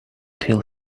till